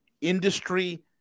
industry